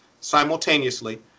simultaneously